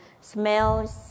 smells